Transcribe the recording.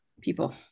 people